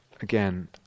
again